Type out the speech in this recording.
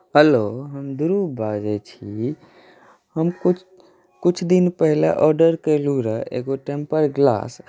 hello हम ध्रूव बाजैत छी हम कुछ दिन पहिले ऑर्डर केलहुँ रहए एगो टेम्पर ग्लास